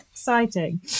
Exciting